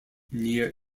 near